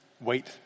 wait